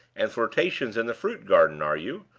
and flirtations in the fruit-garden, are you?